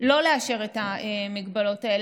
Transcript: שלא לאשר את ההגבלות האלה.